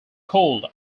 cold